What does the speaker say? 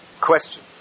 question